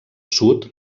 sud